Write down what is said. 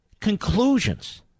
conclusions